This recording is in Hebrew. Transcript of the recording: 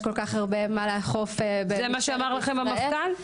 כל-כך הרבה מה לאכוף -- זה מה שאמר לכם המפכ"ל?